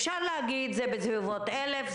אפשר להגיד זה בסביבות 1,000,